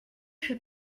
fut